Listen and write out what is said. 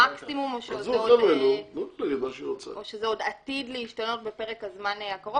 המקסימום או שזה עוד עתיד להשתנות בפרק הזמן הקרוב.